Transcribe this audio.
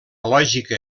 lògica